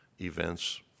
events